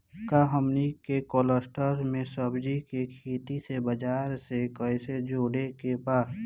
का हमनी के कलस्टर में सब्जी के खेती से बाजार से कैसे जोड़ें के बा?